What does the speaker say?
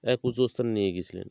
এক উঁচু স্থানে নিয়ে গিয়েছিলেন